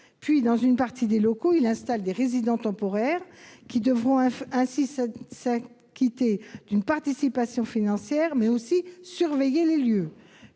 Puis, dans une partie des locaux, il installe des résidents temporaires qui devront aussi s'acquitter d'une participation financière, mais également surveiller les lieux.